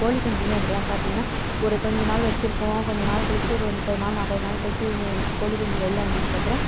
கோழி குஞ்சுமே அப்படிதான் பார்த்திங்கன்னா ஒரு கொஞ்ச நாள் வச்சிருக்குவோம் கொஞ்சநாள் கழித்து ஒரு முப்பது நாள் நாற்பது நாள் கழிச்சு வந்து கோழி குஞ்சு வெளில வந்ததுக்கப்புறம்